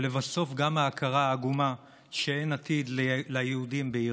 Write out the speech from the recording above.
ולבסוף גם ההכרה העגומה שאין עתיד ליהודים בעיראק.